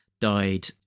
died